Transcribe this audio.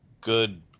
good